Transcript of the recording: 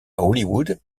hollywood